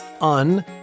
Un